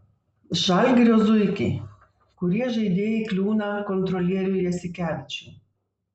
žalgirio zuikiai kurie žaidėjai kliūna kontrolieriui jasikevičiui